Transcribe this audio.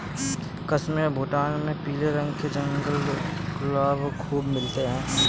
कश्मीर और भूटान में पीले रंग के जंगली गुलाब खूब मिलते हैं